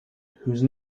whose